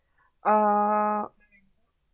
uh